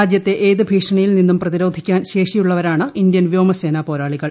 രാജ്യത്തെ ഏത് ഭീഷണിയിൽ നിന്നും പ്രതിരോധിക്കാൻ ശേഷിയുള്ളവരാണ് ഇന്ത്യൻ വ്യോമസേന പോരാളികൾ